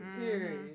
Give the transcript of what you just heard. Period